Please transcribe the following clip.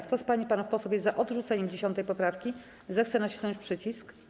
Kto z pań i panów posłów jest za odrzuceniem 10. poprawki, zechce nacisnąć przycisk.